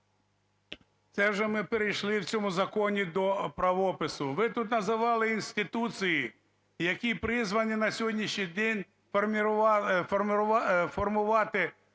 Це вже ми перейшли в цьому законі до правопису. Ви тут називали інституції, які призвані на сьогоднішній день формувати